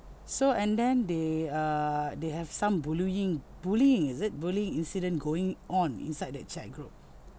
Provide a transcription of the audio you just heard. so and then they err they have some bullying bullying is it bullying incident going on inside that chat group